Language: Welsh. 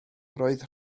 roedd